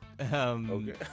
Okay